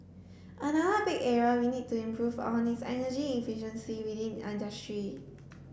another big area we need to improve on is energy efficiency within industry